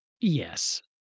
yes